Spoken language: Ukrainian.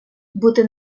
бути